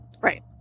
Right